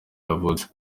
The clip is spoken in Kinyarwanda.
yavutse